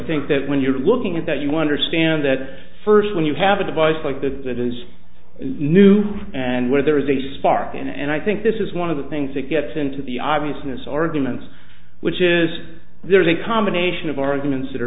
think that when you're looking at that you understand that first when you have a device like that that is new and where there is a spark and i think this is one of the things that gets into the obviousness arguments which is there's a combination of arguments that are